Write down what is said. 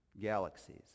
galaxies